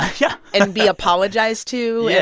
yeah. and be apologized to.